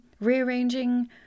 rearranging